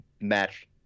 match